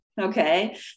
okay